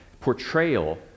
portrayal